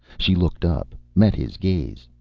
she looked up, met his gaze,